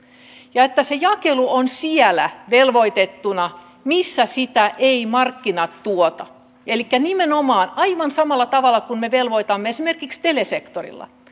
ja että se jakelu on velvoitettuna siellä missä sitä eivät markkinat tuota elikkä nimenomaan aivan samalla tavalla kuin me velvoitamme esimerkiksi telesektorilla